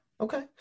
okay